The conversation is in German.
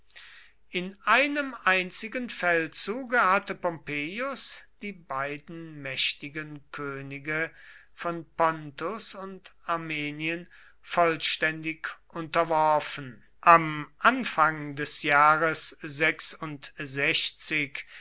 in einem einzigen feldzuge hatte pompeius die beiden mächtigen könige von pontus und armenien vollständig unterworfen am anfang des jahres